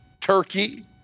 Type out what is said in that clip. Turkey